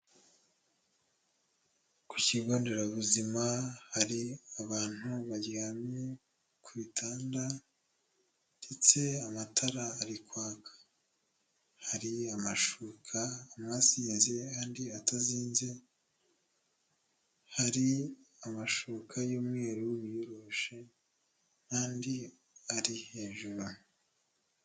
Ku kigo nderabuzima hari abantu baryamye ku bitanda ndetse amatara ari kwaka, hari amashuka, amwe azinze andi atazinze, hari amashuka y'umweru biyoroshe andi ari hejuru.